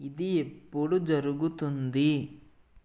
ఇది ఎప్పుడు జరుగుతుంది